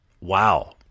Wow